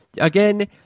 Again